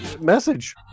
message